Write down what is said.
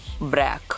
break